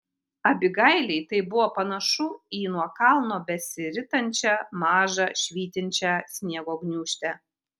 abigailei tai buvo panašu į nuo kalno besiritančią mažą švytinčią sniego gniūžtę